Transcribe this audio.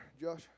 Josh